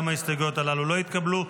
גם ההסתייגויות הללו לא התקבלו.